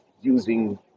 using